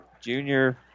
Junior